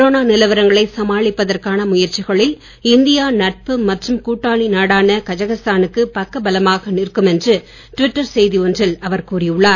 corona நிலவரங்களை சமாளிப்பதற்கான முயற்சிகளில் இந்தியா நட்பு மற்றும் கூட்டாளி நாடான கஜகஸ்தா னுக்கு பக்கபலமாக நிற்கும் என்று ட்விட்டர் செய்தி ஒன்றில் அவர் கூறியுள்ளார்